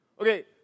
Okay